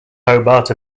hobart